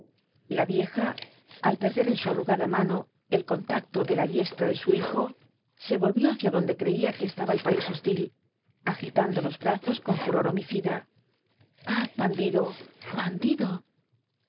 la vieja al perder en su arrugada mano el contacto de la diestra del hijo se volvió hacia donde creía que estaba el país hostil agitando los brazos con furor homicida ah bandido bandido